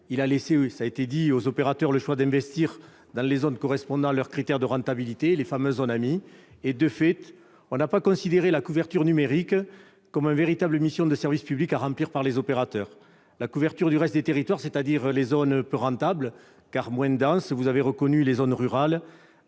a laissé aux opérateurs, cela a été dit, le choix d'investir dans les zones correspondant à leurs critères de rentabilité, les fameuses zones AMII. De fait, on n'a pas considéré la couverture numérique comme une véritable mission de service public à remplir par les opérateurs. La couverture du reste des territoires, c'est-à-dire des zones peu rentables, car moins denses- vous aurez reconnu les zones rurales